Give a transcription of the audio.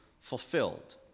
fulfilled